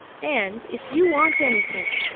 and if you want anything,